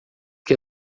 que